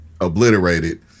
obliterated